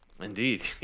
Indeed